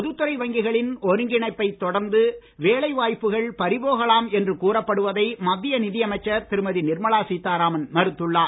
பொதுத் துறை வங்கிகளின் ஒருங்கிணைப்பைத் தொடர்ந்து வேலை வாய்ப்புகள் பறிபோகலாம் என்று கூறப்படுவதை மத்திய நிதி அமைச்சர் திருமதி நிர்மலா சீதாராமன் மறுத்துள்ளார்